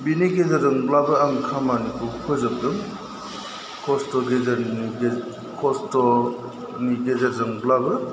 बेनि गेजेरजोंब्लाबो आं खामानिखौ फोजोबदों खस्ट'नि गेजेरजोंब्लाबो